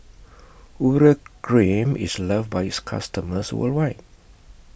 Urea Cream IS loved By its customers worldwide